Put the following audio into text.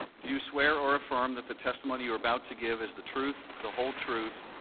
do you swear or affirm that the testimony you are about to give is the truth, the whole truth,